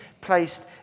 placed